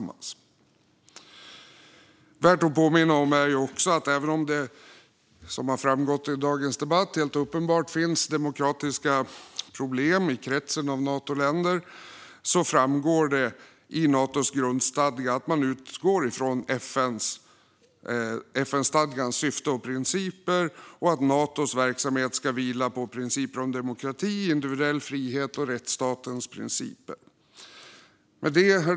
Det är också värt att påminna om att det är uppenbart, vilket har framgått i dagens debatt, att det finns demokratiska problem i kretsen av Natoländer. Men det framgår av Natos grundstadgar att man utgår från FN-stadgans syfte och principer och att Natos verksamhet ska vila på principer om demokrati, individuell frihet och rättsstatens principer. Herr talman!